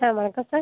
sir வணக்கம் sir